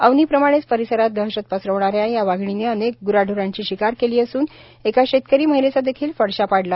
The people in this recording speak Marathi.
अवनी प्रमाणेच परिसरात दहशत पसरविणाऱ्या या वाघिणीने अनेक ग्राढोरांची शिकार केली असून एका शेतकरी महिलेचा देखील फडशा पाडला